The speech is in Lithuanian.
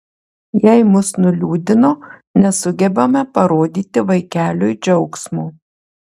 jei mus nuliūdino nesugebame parodyti vaikeliui džiaugsmo